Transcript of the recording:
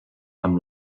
amb